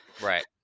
Right